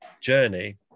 journey